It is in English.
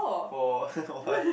for what